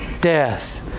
death